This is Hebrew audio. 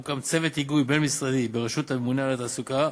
הוקם צוות היגוי בין-משרדי בראשות הממונה על התעסוקה